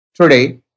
Today